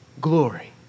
Glory